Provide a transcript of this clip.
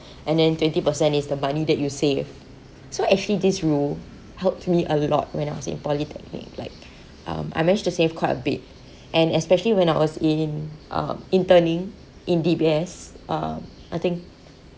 and then twenty per cent is the money that you save so actually this rule helped me a lot when I was in polytechnic like um I managed to save quite a bit and especially when I was in uh interning in D_B_S uh I think